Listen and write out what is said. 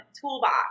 toolbox